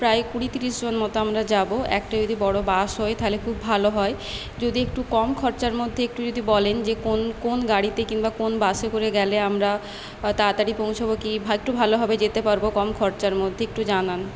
প্রায় কুড়ি তিরিশ জন মতো আমরা যাবো একটা যদি বড়ো বাস হয় তাহলে খুব ভালো হয় যদি একটু কম খরচার মধ্যে একটু যদি বলেন কোন কোন গাড়িতে কিংবা কোন বাসে করে গেলে আমরা তাড়াতাড়ি পৌঁছাবো কি একটু ভালোভাবে যেতে পারবো কম খরচার মধ্যে একটু জানান